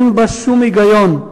אין בה שום היגיון,